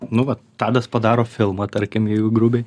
nu vat tadas padaro filmą tarkim jeigu grubiai